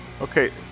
Okay